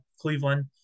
Cleveland